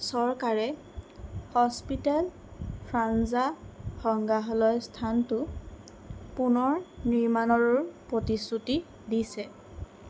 চৰকাৰে হস্পিতেল ফ্ৰাঞ্জা সংগ্ৰহালয় স্থানটো পুনৰ নিৰ্মাণৰো প্ৰতিশ্ৰুতি দিছে